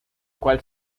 cual